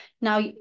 Now